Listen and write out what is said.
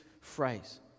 phrase